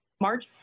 march